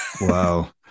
wow